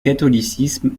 catholicisme